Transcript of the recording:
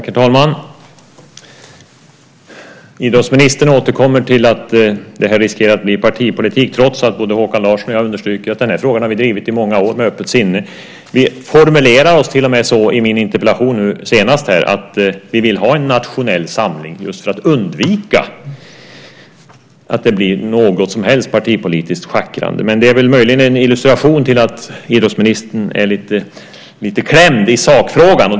Herr talman! Idrottsministern återkommer till att det här riskerar att bli partipolitik trots att både Håkan Larsson och jag understryker att vi har drivit den här frågan i många år med öppet sinne. Vi formulerar oss till och med så i min interpellation nu senast här att vi vill ha en nationell samling, just för att undvika att det blir något som helst partipolitiskt schackrande. Men det är väl möjligen en illustration till att idrottsministern är lite trängd i sakfrågan.